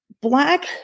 black